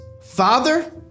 Father